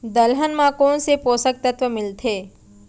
दलहन म कोन से पोसक तत्व मिलथे?